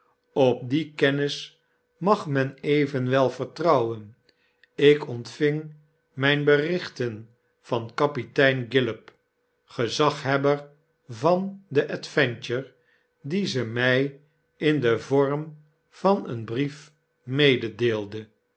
op die kennis mag men evenwel vertrouwen ik ontving myne berichten van kapitein gillop gezaghebber van de adventure die ze my in den vorm van een brief